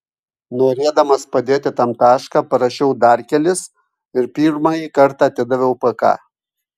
norėdamas padėti tam tašką parašiau dar kelis ir pirmąjį kartą atidaviau pk